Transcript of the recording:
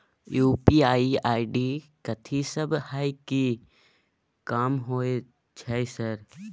UPI ID कथि सब हय कि काम होय छय सर?